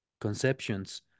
conceptions